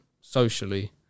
socially